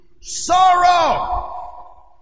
sorrow